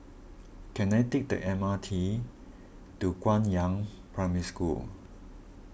can I take the M R T to Guangyang Primary School